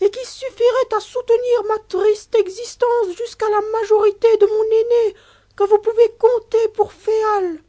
et qui suhirait à soutenir ma triste existence jusqu'à la majorité de mon aîné que vous pouvez compter pour féal